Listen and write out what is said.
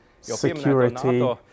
security